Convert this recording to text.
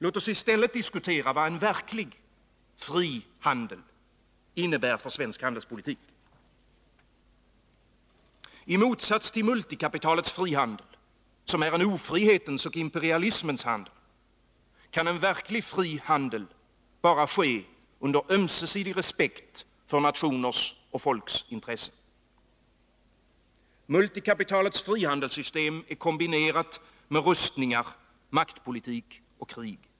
Låt oss i stället diskutera vad en verklig fri handel innebär för svensk handelspolitik. I motsats till multikapitalets frihandel, som är en ofrihetens och imperialismens handel, kan verklig fri handel bara ske under ömsesidig respekt för nationers och folks intressen. Multikapitalets frihandelssystem är kombinerat med rustningar, maktpolitik och krig.